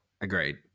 Agreed